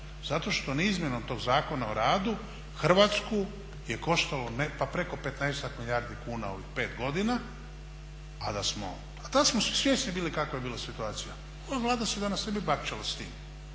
razumije./… izmjenom tog Zakona o radu Hrvatsku je koštalo pa preko 15-ak milijardi kuna u ovih 5 godina a da smo, a tada smo svi svjesni bili kakva je bila situacija. Ova Vlada se danas ne bi baktala sa time,